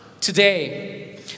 today